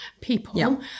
people